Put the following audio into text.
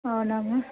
అవునా మ్యామ్